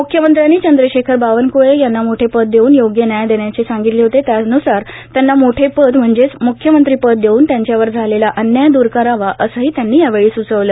मुख्यमंत्र्यांनी चंद्रशेखर बावनकळे यांना मोठे पद देऊन योग्य न्याय देण्याचे सांगितले होते त्यानुसार त्यांना मोठे पद म्हणजेच म्ख्यमंत्रीपद देऊन त्यांच्यावर झालेला अन्याय दुर करावा असेही त्यांनी यावेळी सुचवले